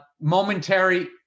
momentary